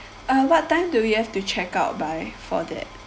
uh what time do we have to check out by for that